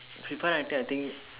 Fifa I think I think